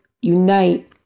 unite